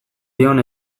dion